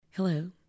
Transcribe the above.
Hello